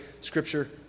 scripture